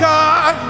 God